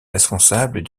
responsables